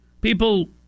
people